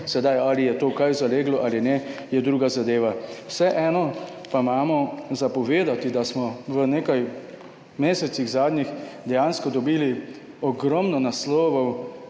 Sedaj ali je to kaj zaleglo ali ne, je druga zadeva. Vseeno pa imamo za povedati, da smo v nekaj mesecih zadnjih dejansko dobili ogromno naslovov,